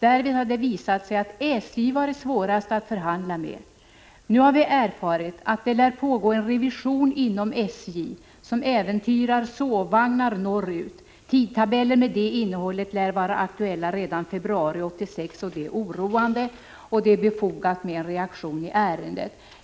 Därvid har det visat sig att SJ varit svårast att förhandla med. Nu har vi erfarit att det lär pågå en revision inom SJ som äventyrar sovvagnarna norrut. Tidtabeller med det innehållet lär vara aktuella redan februari 1986. Det är oroande. Det är verkligen befogat med en reaktion i ärendet.